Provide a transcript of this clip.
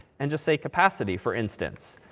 and just say capacity, for instance.